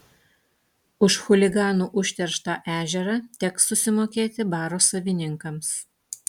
už chuliganų užterštą ežerą teks susimokėti baro savininkams